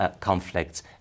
conflicts